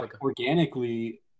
organically